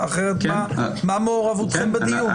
אחרת, מה מעורבותכם בדיון?